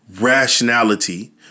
rationality